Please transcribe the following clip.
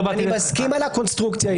אני מסכים על הקונסטרוקציה,